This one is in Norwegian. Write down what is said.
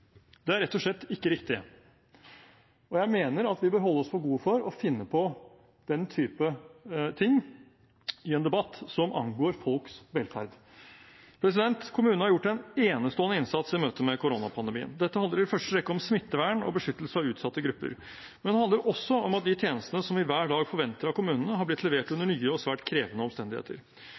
det er rett og slett ikke riktig. Og jeg mener at vi bør holde oss for gode til å finne på den typen ting i en debatt som angår folks velferd. Kommunene har gjort en enestående innsats i møtet med koronapandemien. Dette handler i første rekke om smittevern og beskyttelse av utsatte grupper. Men det handler også om at de tjenestene som vi hver dag forventer av kommunene, har blitt levert under nye og svært krevende omstendigheter.